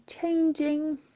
changing